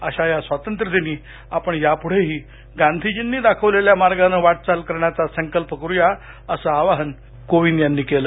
अशा या स्वातत्र्यदिनी आपण याप्ढेही गांधीजींनी दाखवलेल्या मार्गाने वाटचाल करण्याचा संकल्प करूया असं आवाहन कोविंद यांनी केलं